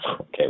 Okay